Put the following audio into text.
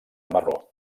marró